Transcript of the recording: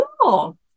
cool